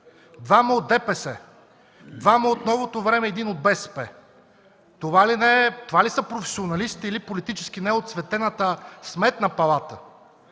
НДСВ, 2 от ДПС, 2 от Новото време, 1 от БСП. Това ли са професионалистите или политически неоцветената Сметна палата?